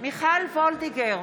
מיכל וולדיגר,